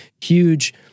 huge